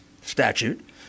statute